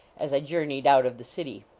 as i journeyed out of the city.